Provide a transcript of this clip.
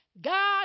God